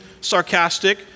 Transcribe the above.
sarcastic